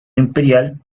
imperial